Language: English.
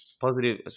positive